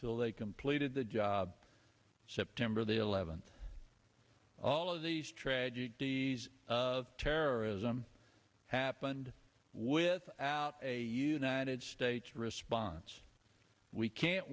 till they completed the job september the eleventh all of these tragedies of terrorism happened without a united states response we can't